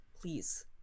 please